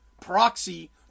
proxy